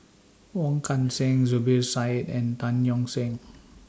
Wong Kan Seng Zubir Said and Tan Yeok Seong